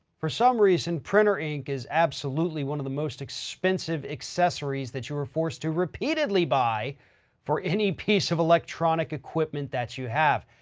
for some reason printer ink is absolutely one of the most expensive accessories that you are forced to repeatedly buy for any piece of electronic equipment that you have.